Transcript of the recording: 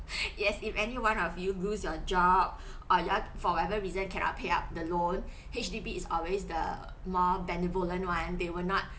yes if any one of you lose your job or you're for whatever reason cannot pay up the loan H_D_B is always the more benevolent one they will not